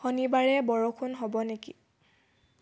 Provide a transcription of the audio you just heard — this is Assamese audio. শনিবাৰে বৰষুণ হ'ব নেকি